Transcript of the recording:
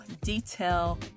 detail